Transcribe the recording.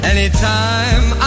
Anytime